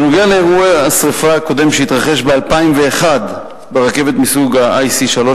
בנוגע לאירוע השרפה הקודם שהתרחש ב-2001 ברכבת מסוג IC3,